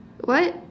what